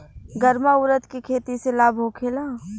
गर्मा उरद के खेती से लाभ होखे ला?